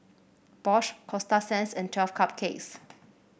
Bosch Coasta Sands and Twelve Cupcakes